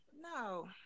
no